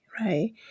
right